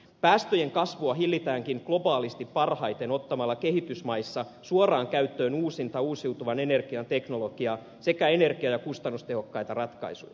päästöjen kasvua hillitäänkin globaalisti parhaiten ottamalla kehitysmaissa suoraan käyttöön uusinta uusiutuvan energian teknologiaa sekä energia ja kustannustehokkaita ratkaisuja